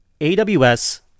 AWS